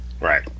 Right